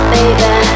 Baby